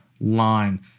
line